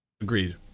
Agreed